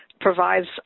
provides